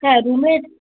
হ্যাঁ রুমের